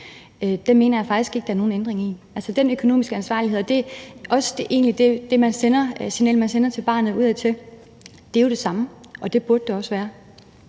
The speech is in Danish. – mener jeg faktisk ikke der ligger nogen ændring i, og det signal, man sender til barnet udadtil, er jo det samme, og det burde det også være.